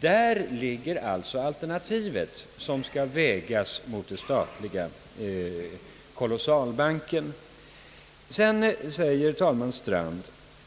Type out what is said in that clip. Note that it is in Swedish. Detta är alltså alternativet som skall vägas mot den statliga kolossalbanken. Talman Strand sade vidare